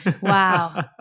Wow